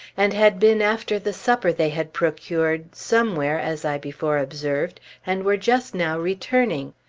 and had been after the supper they had procured somewhere, as i before observed, and were just now returning.